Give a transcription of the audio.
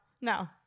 No